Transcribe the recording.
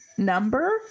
number